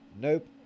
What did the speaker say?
Nope